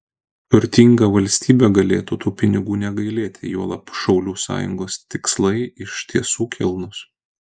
turtinga valstybė galėtų tų pinigų negailėti juolab šaulių sąjungos tikslai iš tiesų kilnūs